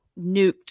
nuked